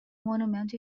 monumento